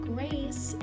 Grace